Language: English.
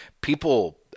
People